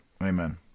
Amen